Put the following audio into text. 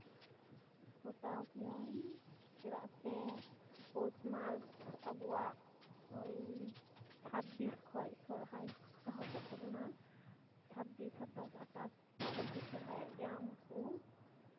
ᱯᱚᱛᱟᱣ ᱠᱤᱭᱟᱹᱧ ᱪᱮᱫᱟᱜ ᱥᱮ ᱯᱳᱥ ᱢᱟᱥ ᱟᱵᱚᱣᱟᱜ ᱳᱭ ᱪᱷᱟᱵᱵᱤᱥ ᱠᱷᱚᱡ ᱥᱚᱦᱨᱟᱭ ᱮᱦᱚᱵᱚᱜ ᱛᱟᱵᱚᱱᱟ ᱪᱷᱟᱵᱵᱤᱥ ᱥᱟᱛᱟᱥ ᱟᱴᱷᱟᱥ ᱚᱠᱟ ᱫᱚᱠᱚ ᱥᱚᱦᱨᱟᱭᱚᱜ ᱜᱮᱭᱟ ᱩᱱᱠᱩ